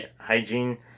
hygiene